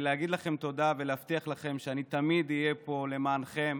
להגיד לכם תודה ולהבטיח לכם שאני תמיד אהיה פה למענכם,